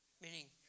meaning